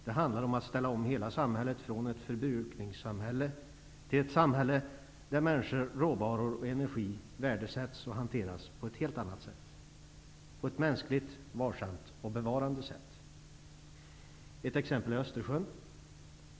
Det handlar om att ställa om hela samhället från ett förbrukningssamhälle till ett samhälle där människor, råvaror och energi värdesätts och hanteras på ett helt annat sätt, på ett mänskligt, varsamt och bevarande sätt. Ett exempel är Östersjön.